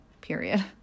Period